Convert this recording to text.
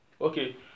Okay